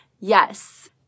yes